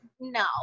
no